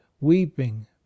weeping